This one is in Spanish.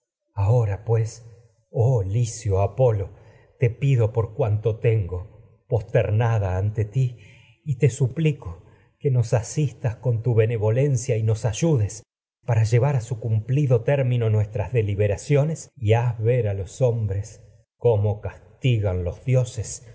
ahora pues oh licio ti apolo te y te pido cuanto tengo prosternada ante suplico que nos asistas con tu benevolencia y nos ayudes para llevar a su cumplido término nuestras de liberaciones dioses el y haz ver a los hombres cómo castigan los